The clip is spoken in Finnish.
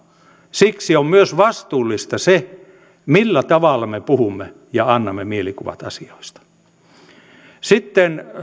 siksi on myös vastuullista se millä tavalla me puhumme ja annamme mielikuvat asioista sitten